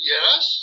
Yes